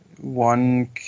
one